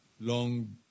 long